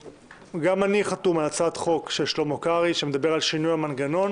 גם אני חתום על הצעת חוק של שלמה קרעי שמדבר על שינוי המנגנון.